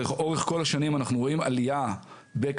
לאורך כל השנים אנחנו רואים עלייה בכמות